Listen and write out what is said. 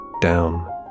down